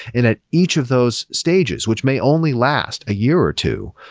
and at each of those stages, which may only last a year or two,